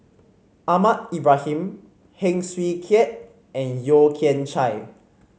Ahmad Ibrahim Heng Swee Keat and Yeo Kian Chai